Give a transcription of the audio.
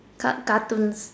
car~ cartoons